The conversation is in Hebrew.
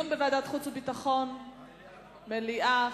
מליאה.